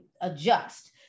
adjust